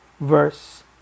verse